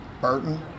Burton